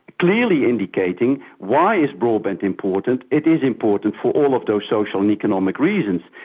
clearly indicating why is broadband important it is important for all of those social and economic reasons.